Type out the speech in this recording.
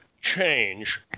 change